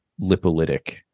lipolytic